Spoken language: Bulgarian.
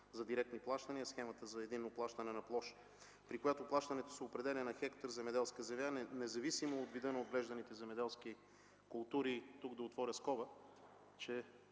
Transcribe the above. за директни плащания – Схема за единно плащане на площ, при която плащането се определя на хектар земеделска земя, независимо от вида на отглежданите земеделски култури. Тук ще отворя скоба –